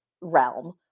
realm